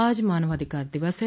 आज मानवाधिकार दिवस है